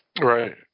Right